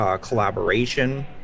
collaboration